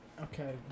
Okay